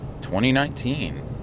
2019